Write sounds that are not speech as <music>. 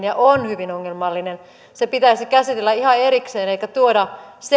<unintelligible> ja on hyvin ongelmallinen pitäisi käsitellä ihan erikseen eikä tuoda